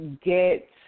get